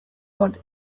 want